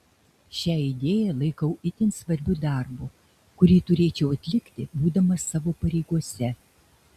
šią idėją laikau itin svarbiu darbu kurį turėčiau atlikti būdamas savo pareigose